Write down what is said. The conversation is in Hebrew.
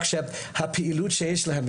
בנושא הפעילות שיש להם,